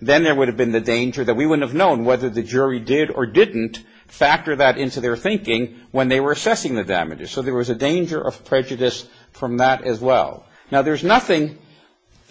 then there would have been the danger that we would have known whether the jury did or didn't factor that into their thinking when they were assessing the damage or so there was a danger of prejudice from that as well now there's nothing